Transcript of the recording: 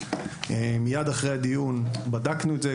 מייד אחרי הדיון בדקנו את זה.